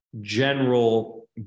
general